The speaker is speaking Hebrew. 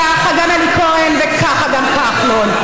ככה גם אלי כהן וככה גם כחלון.